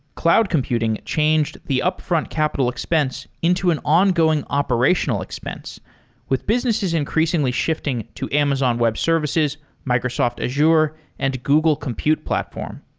cloud computing changed the upfront capital expense into an ongoing operational expense with businesses increasingly shifting to amazon web services, microsoft azure and google compute platform.